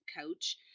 coach